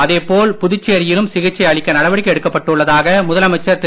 அதே போல் புதுச்சேரியிலும் சிகிச்சை அளிக்க நடவடிக்கை எடுக்கப்பட்டு உள்ளதாக முதலமைச்சர் திரு